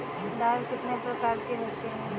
दाल कितने प्रकार की होती है?